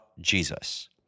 Jesus